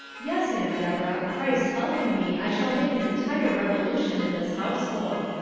yes, aunt deborah, christ helping me, i shall make an entire revolution in this household.